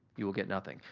you will get nothing.